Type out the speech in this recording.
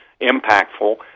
impactful